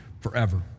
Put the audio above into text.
forever